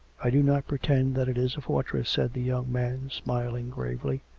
i do not pretend that it is a fortress, said the young man, smiling gravely.